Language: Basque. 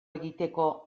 egiteko